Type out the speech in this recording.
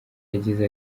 yagize